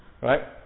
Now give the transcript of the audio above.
Right